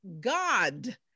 God